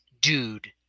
dude